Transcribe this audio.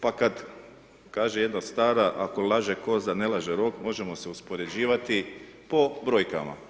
Pa kad kaže jedna stvara, ako laže koza ne laže rog, možemo se uspoređivati po brojkama.